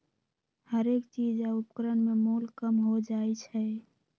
हरेक चीज आ उपकरण में मोल कम हो जाइ छै